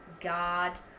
God